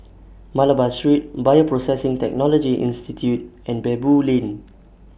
Malabar Street Bioprocessing Technology Institute and Baboo Lane